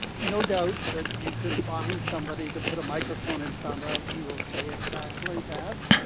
no doubt that you can find somebody to put a microphone in front of who will say exactly that.